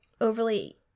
overly